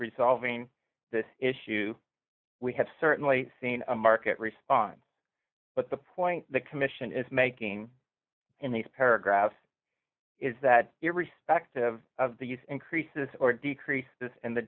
resolving this issue we have certainly seen a market response but the point the commission is making in these paragraphs is that irrespective of the use increases or decreases in the